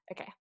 Okay